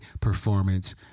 Performance